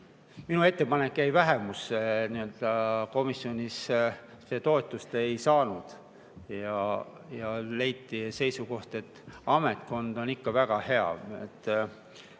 Minu ettepanek jäi vähemusse. Komisjonis see toetust ei saanud. Jäi seisukoht, et ametnikkond on ikka väga hea. Ma